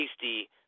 tasty